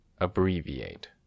Abbreviate